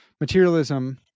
materialism